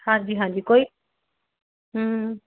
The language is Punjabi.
ਹਾਂਜੀ ਹਾਂਜੀ ਕੋਈ ਹੂੰ